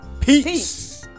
Peace